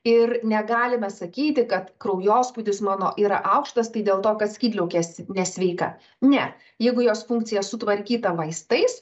ir negalime sakyti kad kraujospūdis mano yra aukštas tai dėl to kad skydliaukės nesveika ne jeigu jos funkcija sutvarkyta vaistais